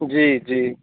जी जी